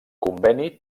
conveni